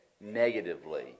negatively